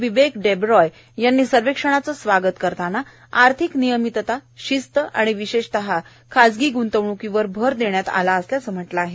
बिबेक डेबरॉय यांनी सर्वेक्षणाचा स्वागत करतांना आर्थिक नियमितता शिस्त आणि विशेषतः खाजगी ग्ंतवण्कीवर भर देण्यात आला असल्याचं म्हटलं आहे